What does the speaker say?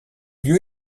lieu